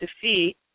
defeat